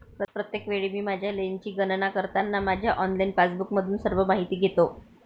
प्रत्येक वेळी मी माझ्या लेनची गणना करताना माझ्या ऑनलाइन पासबुकमधून सर्व माहिती घेतो